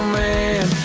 man